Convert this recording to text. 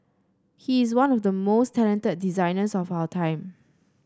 he is one of the most talented designers of our time